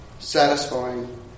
satisfying